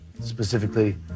specifically